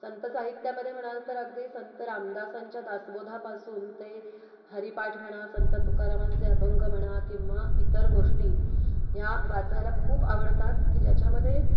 संतसाहित्यामध्ये म्हणाल तर अगदी संत रामदासांच्या दासबोधापासून ते हरीपाठ म्हणा संत तुकारामांचे अभंग म्हणा किंवा इतर गोष्टी ह्या वाचायला खूप आवडतात की ज्याच्यामध्ये